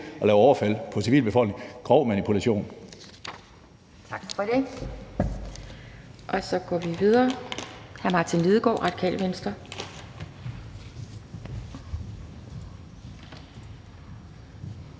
at lave overfald på civilbefolkningen.